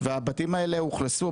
והבתים האלה אוכלסו,